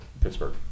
Pittsburgh